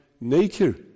nature